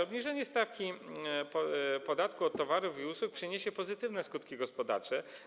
Obniżenie stawki podatku od towarów i usług przyniesie pozytywne skutki gospodarcze.